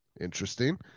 Interesting